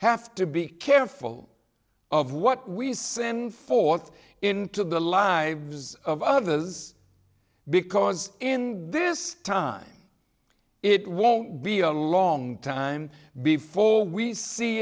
have to be careful of what we send forth into the lives of others because in this time it won't be a long time before we see